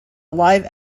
live